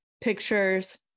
pictures